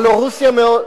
הלוא רוסיה,